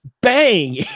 bang